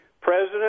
President